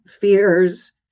fears